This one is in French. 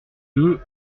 deux